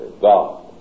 God